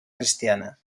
cristiana